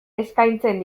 eskaintzen